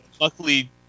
luckily